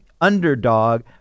underdog